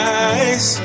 eyes